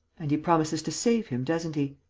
and he promises to save him, doesn't he?